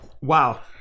Wow